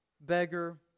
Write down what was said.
beggar